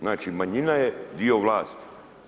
Znači manjina je dio vlasti.